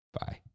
Bye